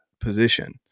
position